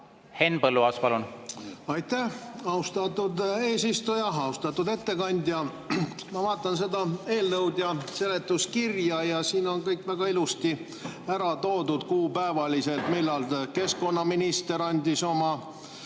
Henn Põlluaas, palun! Aitäh, austatud eesistuja! Austatud ettekandja! Ma vaatan seda eelnõu ja seletuskirja ja siin on kõik väga ilusti ära toodud kuupäevaliselt, millal keskkonnaminister andis oma